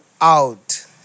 out